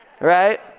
Right